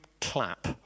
clap